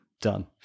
Done